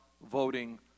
voting